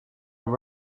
just